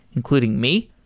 including me.